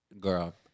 Girl